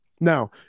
Now